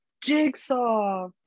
jigsaw